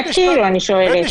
אני שואלת באמת.